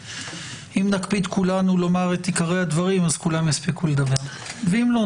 אם נקפיד כולנו לומר את עיקרי הדברים אז כולם יספיקו לדבר ואם לא,